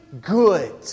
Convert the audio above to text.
good